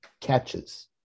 catches